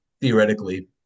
theoretically